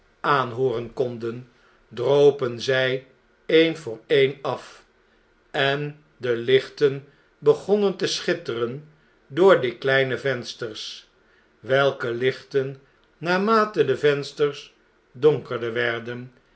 aanhooren konden dropen zij e'en voor ee'n af en de richten begonnen te schitteren door die kleine vensters welke lichten naarmate de vensters donkerder werden